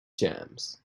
jams